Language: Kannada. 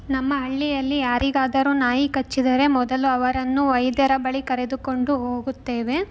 ನಮ್ಮ ಹಳ್ಳಿಯಲ್ಲಿ ಯಾರಿಗಾದರೂ ನಾಯಿ ಕಚ್ಚಿದರೆ ಮೊದಲು ಅವರನ್ನು ವೈದ್ಯರ ಬಳಿ ಕರೆದುಕೊಂಡು ಹೋಗುತ್ತೇವೆ